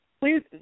please